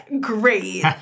great